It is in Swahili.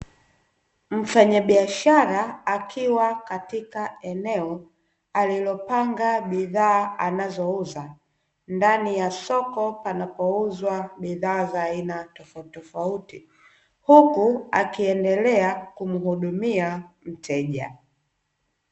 Mfanyabiashara akiwa katika eneo alilopanga bidhaaa anazouza ndani ya soko panapouzwa bidhaaaa za aina tofautitofauti ,huku akiendelea kumuhudumia mteja.